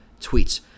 tweets